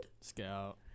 Scout